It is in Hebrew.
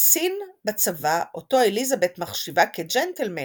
קצין בצבא אותו אליזבת מחשיבה כג'נטלמן